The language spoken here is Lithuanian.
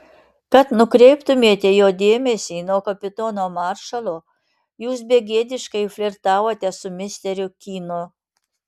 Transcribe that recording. kad nukreiptumėte jo dėmesį nuo kapitono maršalo jūs begėdiškai flirtavote su misteriu kynu